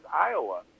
Iowa